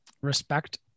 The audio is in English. respect